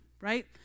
right